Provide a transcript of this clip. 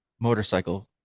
motorcycle